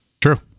True